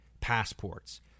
passports